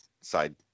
side